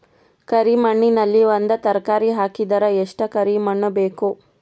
ಕರಿ ಮಣ್ಣಿನಲ್ಲಿ ಒಂದ ತರಕಾರಿ ಹಾಕಿದರ ಎಷ್ಟ ಕರಿ ಮಣ್ಣು ಬೇಕು?